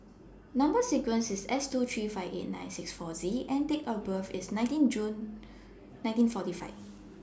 Number sequence IS S two three five eight nine six four Z and Date of birth IS nineteen June nineteen forty five